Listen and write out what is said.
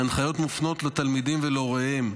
ההנחיות מופנות לתלמידים ולהוריהם,